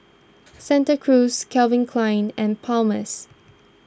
Santa Cruz Calvin Klein and Palmer's